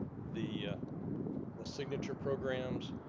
the the signature programs,